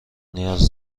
نیاز